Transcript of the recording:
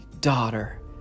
Daughter